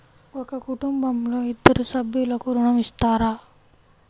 ఒక కుటుంబంలో ఇద్దరు సభ్యులకు ఋణం ఇస్తారా?